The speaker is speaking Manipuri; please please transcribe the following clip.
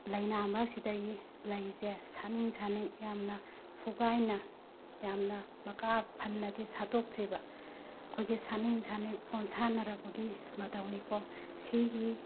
ꯂꯩꯅꯥ ꯃꯔꯛꯁꯤꯗꯒꯤ ꯂꯩꯁꯦ ꯁꯥꯠꯅꯤꯡ ꯁꯥꯠꯅꯤꯡ ꯌꯥꯝꯅ ꯐꯨꯀꯥꯏꯅ ꯌꯥꯝꯅ ꯃꯀꯥ ꯐꯟꯅꯗꯤ ꯁꯥꯠꯇꯣꯛꯇ꯭ꯔꯤꯕ ꯑꯩꯈꯣꯏꯒꯤ ꯁꯥꯠꯅꯤꯡ ꯁꯥꯠꯅꯤꯡ ꯄꯣꯝꯁꯥꯠꯅꯔꯛꯄꯒꯤ ꯃꯇꯧꯅꯤꯀꯣ ꯁꯤꯒꯤ